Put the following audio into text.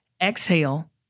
exhale